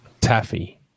taffy